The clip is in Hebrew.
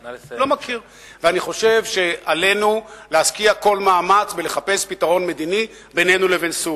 אני חושב שעלינו להשקיע כל מאמץ בחיפוש פתרון מדיני בינינו לבין סוריה.